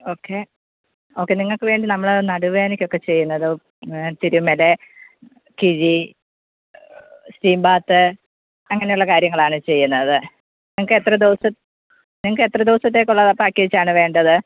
okay okay നിങ്ങൾക്ക് വേണ്ടി നമ്മൾ നടുവേദനക്കൊക്കെ ചെയ്യുന്നത് തിരുമ്മൽ കിഴി സ്റ്റീം ബാത്ത് അങ്ങനെ ഉള്ള കാര്യങ്ങളാണ് ചെയ്യുന്നത് നിങ്ങൾക്ക് എത്ര ദിവസം നിങ്ങൾക്ക് എത്ര ദിവസത്തേക്കുള്ള പേക്കേജാണ് വേണ്ടത്